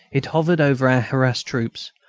it hovered over our harassed troops.